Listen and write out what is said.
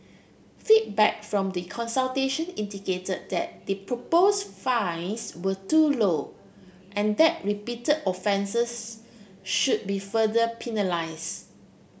feedback from the consultation indicated that the propose fines were too low and that repeated offences should be further penalise